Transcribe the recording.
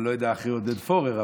אני לא יודע אחרי עודד פורר,